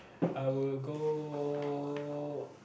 I would go